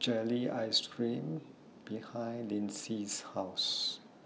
Jelly Ice Cream behind Linsey's House